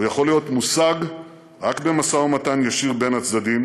הוא יכול להיות מושג רק במשא-ומתן ישיר בין הצדדים.